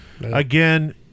Again